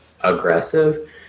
aggressive